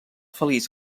feliç